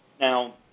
Now